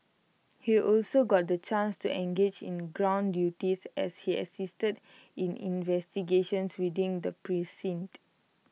he also got the chance to engage in ground duties as he assisted in investigations within the precinct